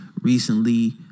recently